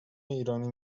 ایرانی